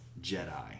Jedi